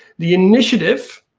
the initiative,